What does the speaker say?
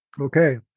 Okay